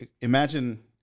imagine